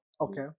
Okay